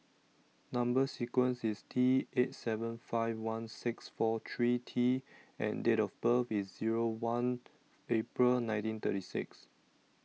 Number sequence IS T eight seven five one six four three T and Date of birth IS Zero one April nineteen thirty six